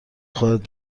خودت